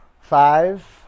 Five